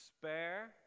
Spare